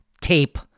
tape